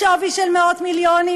בשווי של מאות מיליונים,